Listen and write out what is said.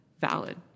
valid